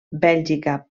bèlgica